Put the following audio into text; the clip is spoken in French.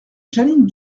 jeanine